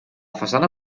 façana